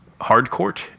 hardcourt